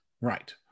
Right